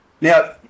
Now